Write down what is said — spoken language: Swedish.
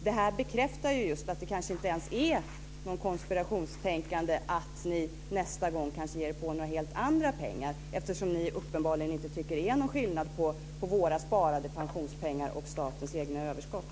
Det här bekräftar just att det kanske inte är något konspirationstänkande att ni nästa gång kan ge er på andra pengar. Ni tycker uppenbarligen inte att det är någon skillnad på våra sparade pensionspengar och statens egna överskott.